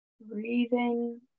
Breathing